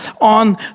on